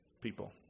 people